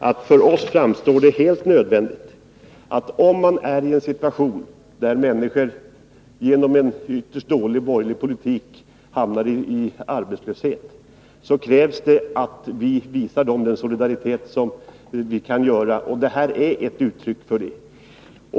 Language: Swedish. Men för oss framstår det som helt nödvändigt, när människor på grund av en ytterst dålig borgerlig politik hamnar i arbetslöshet, att vi visar dem den solidaritet som vi kan göra. Höjda arbetslöshetsersättningar är ett uttryck för det.